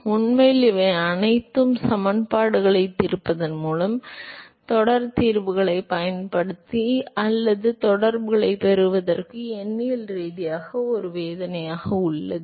எனவே உண்மையில் இவை அனைத்தும் சமன்பாடுகளைத் தீர்ப்பதன் மூலம் தொடர் தீர்வுகளைப் பயன்படுத்தி அல்லது இந்த தொடர்புகளைப் பெறுவதற்கு எண்ணியல் ரீதியாக ஒரு வேதனையாக இருந்தது